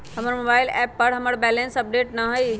हमर mobile app पर हमर बैलेंस अपडेट न हई